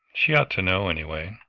she ought to know, any way.